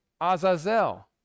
Azazel